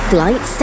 Flight